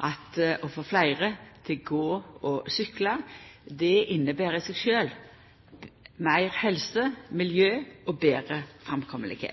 å få fleire til å gå og sykla. Det inneber i seg sjølv betre helse, betre miljø og betre framkomst.